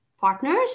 partners